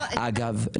אגב,